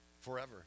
forever